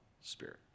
Spirit